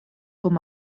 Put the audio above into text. com